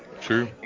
True